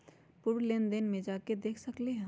पूर्व लेन देन में जाके देखसकली ह?